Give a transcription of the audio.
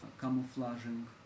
camouflaging